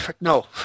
no